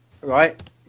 right